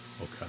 Okay